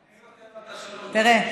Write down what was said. תראה,